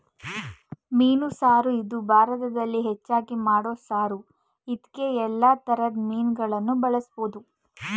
ಮೀನು ಸಾರು ಇದು ಭಾರತದಲ್ಲಿ ಹೆಚ್ಚಾಗಿ ಮಾಡೋ ಸಾರು ಇದ್ಕೇ ಯಲ್ಲಾ ತರದ್ ಮೀನುಗಳನ್ನ ಬಳುಸ್ಬೋದು